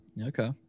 Okay